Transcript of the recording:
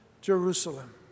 Jerusalem